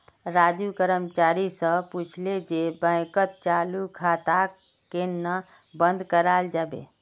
राजू कर्मचारी स पूछले जे बैंकत चालू खाताक केन न बंद कराल जाबे